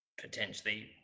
potentially